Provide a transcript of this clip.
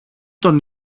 τον